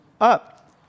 up